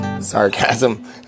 sarcasm